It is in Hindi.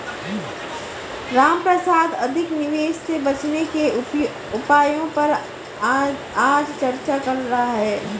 रामप्रसाद अधिक निवेश से बचने के उपायों पर आज चर्चा कर रहा था